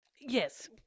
Yes